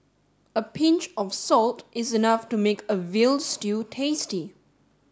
a pinch of salt is enough to make a veal stew tasty